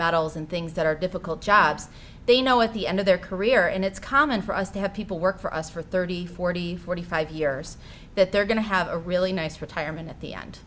models and things that are difficult jobs they know at the end of their career and it's common for us to have people work for us for thirty forty forty five years that they're going to have a really nice retirement at the end